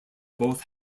both